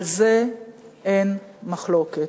על זה אין מחלוקת,